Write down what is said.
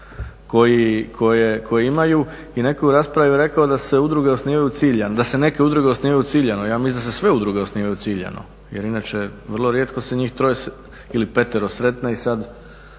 koje imaju. I netko je u raspravi rekao da se udruge osnivaju ciljano, da se neke udruge osnivaju ciljano. Ja mislim da se sve udruge osnivaju ciljano, jer inače vrlo rijetko se njih troje ili petero sretne i sad